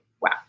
Wow